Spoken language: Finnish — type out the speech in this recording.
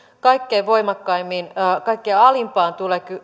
kaikkein voimakkaimmin kaikkein alimpaan